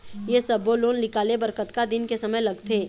ये सब्बो लोन निकाले बर कतका दिन के समय लगथे?